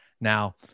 now